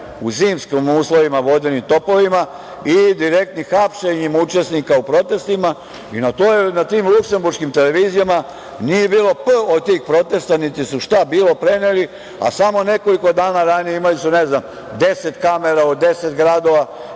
u zimskim uslovima vodenim topovima i direktnim hapšenjem učesnika u protestima i na tim luksemburškim televizija nije bilo „p“ od tih protesta, niti su šta bili preneli, a samo nekoliko dana ranije imali su, ne znam, 10 kamera u 10 gradova